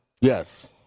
Yes